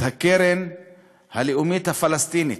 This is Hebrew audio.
הקרן הלאומית הפלסטינית,